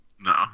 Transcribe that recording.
No